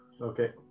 Okay